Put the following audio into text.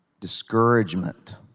discouragement